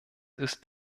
ist